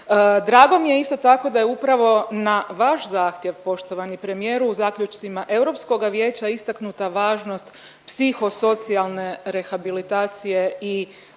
Drago mi je isto tako da je upravo na vaš zahtjev poštovani premijeru u zaključcima Europskoga vijeća istaknuta važnost psiho socijalne rehabilitacije i